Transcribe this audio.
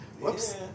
whoops